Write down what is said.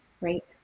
right